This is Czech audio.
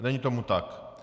Není tomu tak.